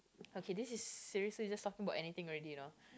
okay this is seriously just talking about anything already you know